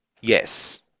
yes